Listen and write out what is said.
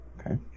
Okay